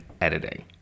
editing